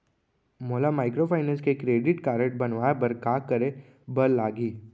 मोला माइक्रोफाइनेंस के credit card बनवाए बर का करे बर लागही?